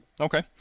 Okay